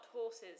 horses